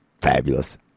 Fabulous